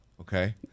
Okay